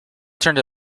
turned